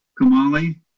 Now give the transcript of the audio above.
Kamali